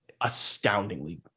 astoundingly